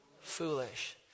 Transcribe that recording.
foolish